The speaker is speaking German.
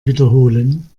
wiederholen